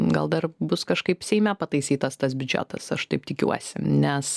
gal dar bus kažkaip seime pataisytas tas biudžetas aš taip tikiuosi nes